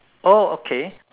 oh okay